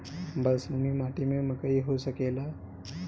बलसूमी माटी में मकई हो सकेला?